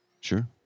Sure